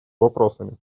вопросами